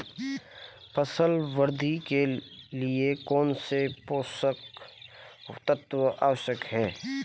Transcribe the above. फसल वृद्धि के लिए कौनसे पोषक तत्व आवश्यक हैं?